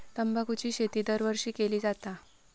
तंबाखूची शेती दरवर्षी केली जाता